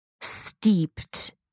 steeped